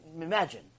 imagine